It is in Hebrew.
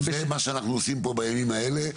זה מה שאנחנו עושים בימים האלה,